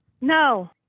No